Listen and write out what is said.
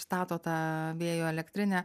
stato tą vėjo elektrinę